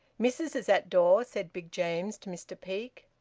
missis is at door, said big james to mr peake.